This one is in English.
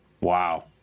Wow